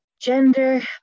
gender